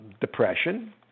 depression